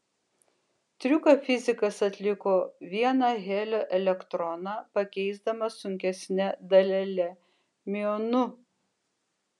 triuką fizikas atliko vieną helio elektroną pakeisdamas sunkesne dalele miuonu